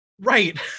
Right